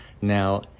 Now